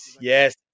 Yes